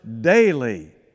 daily